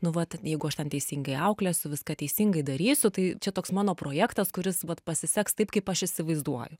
nu vat jeigu aš ten teisingai auklėsiu viską teisingai darysiu tai čia toks mano projektas kuris vat pasiseks taip kaip aš įsivaizduoju